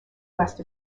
west